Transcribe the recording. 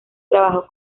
trabajó